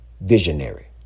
visionary